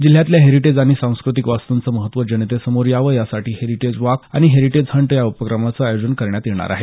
जिल्ह्यातल्या हेरीटेज आणि सांस्कृतिक वास्तूंचे महत्व जनतेसमोर यावं यासाठी हेरिटेज वॉक आणि हेरिटेज हंट या उपक्रमाचं आयोजन करण्यात येणार आहे